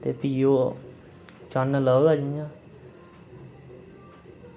ते भी ओह् चन्न लभदा जियां